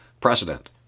precedent